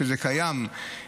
שזה קיים,